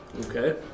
Okay